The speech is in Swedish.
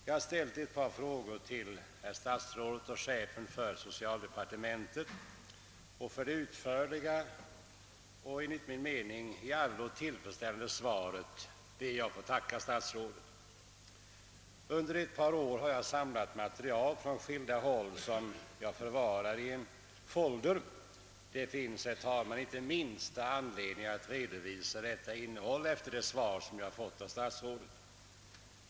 Jag har ställt ett par frågor till statsrådet och chefen för socialdepartementet, och jag tackar för det utförliga och i allo tillfredsställande svar jag fått. Jag har under ett par år samlat material från skilda håll, vilket jag förvarar i en mapp. Det finns här inte minsta anledning att redovisa innehållet i det materialet.